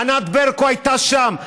ענת ברקו הייתה שם,